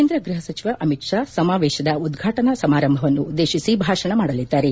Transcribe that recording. ಕೇಂದ್ರ ಗೃಹ ಸಚಿವ ಅಮಿತ್ ಷಾ ಸಮಾವೇಶದ ಉದ್ಘಾಟನಾ ಸಮಾರಂಭವನ್ನು ಉದ್ದೇಶಿಸಿ ಭಾಷಣ ಮಾಡಲಿದ್ದಾರೆ